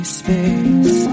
space